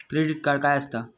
Credit card काय असता?